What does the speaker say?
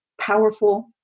powerful